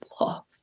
love